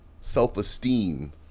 self-esteem